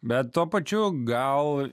bet tuo pačiu gal